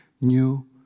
new